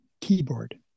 keyboard